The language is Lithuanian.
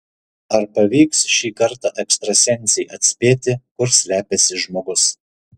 ar pavyks šį kartą ekstrasensei atspėti kur slepiasi žmogus